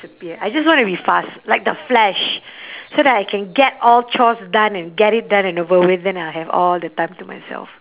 ~appear I just want to be fast like the flash so that I can get all chores done and get it done and over with then I'll have all the time to myself